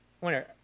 wonder